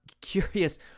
curious –